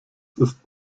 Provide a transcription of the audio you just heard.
ist